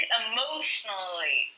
emotionally